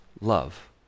love